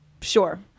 Sure